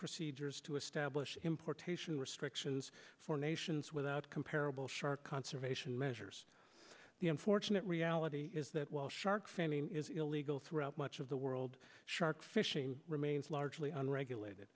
procedures to establish importation restrictions for nations without comparable shark conservation measures the unfortunate reality is that while shark finning is illegal throughout much of the world shark fishing remains largely unregulated